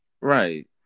right